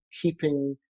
keeping